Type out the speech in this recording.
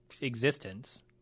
Existence